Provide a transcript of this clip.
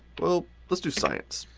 well, let's do science.